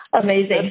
amazing